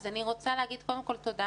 אז אני רוצה להגיד קודם כל תודה